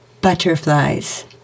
butterflies